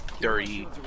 Dirty